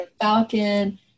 Falcon